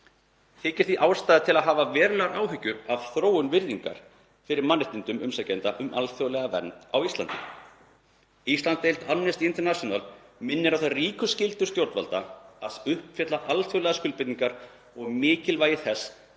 Þykir því ástæða til að hafa verulegar áhyggjur af þróun virðingar fyrir mannréttindum umsækjenda um alþjóðlega vernd á Íslandi. Íslandsdeild Amnesty International minnir á þær ríku skyldur stjórnvalda að uppfylla alþjóðlegar skuldbindingar og mikilvægi þess að